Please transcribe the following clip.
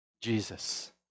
Jesus